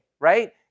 right